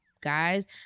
guys